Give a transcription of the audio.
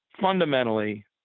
fundamentally